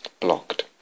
blocked